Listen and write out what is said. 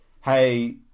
hey